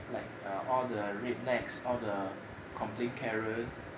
like err all the rednecks all the complaint karen